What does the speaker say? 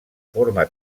forma